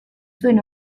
zuen